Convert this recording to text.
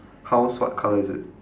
house what colour is it